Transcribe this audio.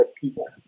people